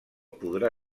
podrà